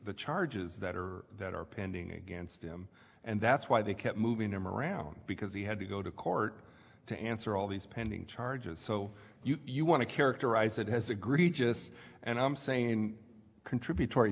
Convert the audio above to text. the charges that are that are pending against him and that's why they kept moving them around because he had to go to court to answer all these pending charges so you want to characterize it has agreed just and i'm saying contributory